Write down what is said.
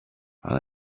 han